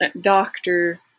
doctor